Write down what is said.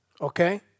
Okay